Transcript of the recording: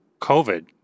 COVID